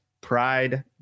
pride